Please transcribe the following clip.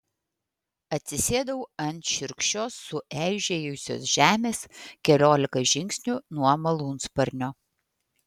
atsisėdau ant šiurkščios sueižėjusios žemės keliolika žingsnių nuo malūnsparnio